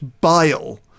bile